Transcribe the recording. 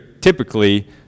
typically